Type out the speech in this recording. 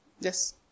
Yes